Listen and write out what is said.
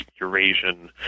Eurasian